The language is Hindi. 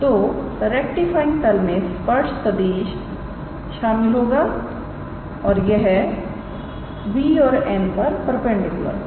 तो रेक्टिफाइंग तल मे स्पर्श सदिश शामिल होगा और यह b और n पर परपेंडिकुलर होगा